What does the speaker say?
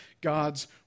God's